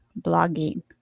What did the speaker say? blogging